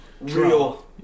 real